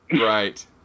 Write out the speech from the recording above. right